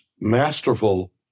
masterful